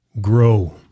grow